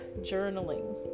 journaling